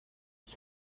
ich